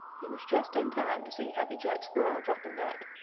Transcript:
he was just in time to see happy jack squirrel drop a nut.